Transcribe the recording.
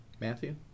Matthew